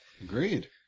agreed